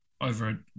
over